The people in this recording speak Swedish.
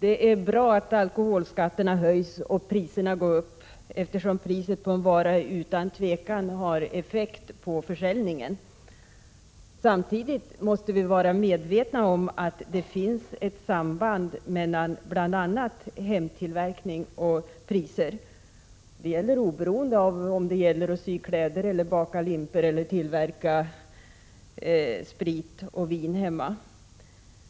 Det är bra att alkoholskatterna höjs och priserna går upp, eftersom priset på en vara utan tvivel har effekt på försäljningen. Samtidigt måste vi vara medvetna om att det finns ett samband mellan bl.a. hemtillverkning och priser, oberoende av om det gäller att sy egna kläder, baka limpor eller tillverka sprit och vin hemma.